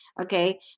Okay